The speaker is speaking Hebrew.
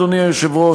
אדוני היושב-ראש,